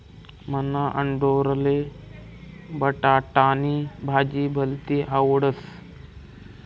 मन्हा आंडोरले बटाटानी भाजी भलती आवडस